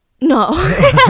No